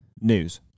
news